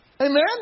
Amen